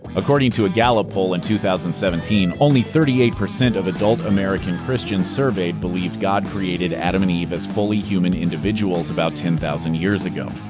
according to a gallup poll in two thousand and seventeen, only thirty eight percent of adult american christians surveyed believed god created adam and eve as fully human individuals about ten thousand years ago.